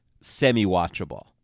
semi-watchable